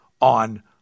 on